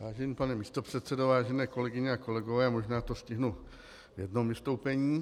Vážený pane místopředsedo, vážené kolegyně a kolegové, možná to stihnu v jednom vystoupení.